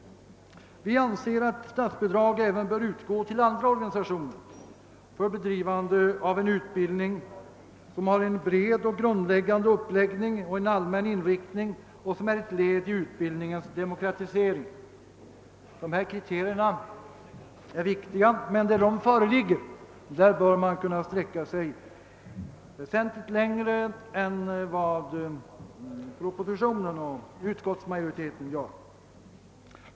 Vi anser att statbidraget bör utgå även till andra organisationer för bedrivande av en utbildning som har en bred uppläggning och en allmän inriktning och som är ett led i utbildningens demokratisering. Dessa kriterier är viktiga, och där de föreligger bör man kunna sträcka sig väsentligt längre än propositionen och utskottsmajoriteten.